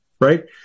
right